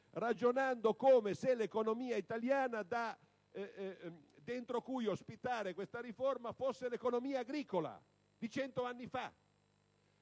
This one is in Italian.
ragionando come se l'economia italiana, dentro cui ospitare questa riforma, fosse l'economia agricola di cento anni fa.